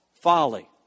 folly